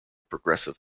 progressive